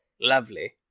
Lovely